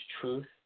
truth